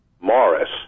Morris